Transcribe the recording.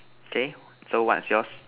okay so what's yours